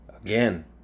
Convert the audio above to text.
again